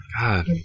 God